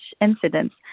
incidents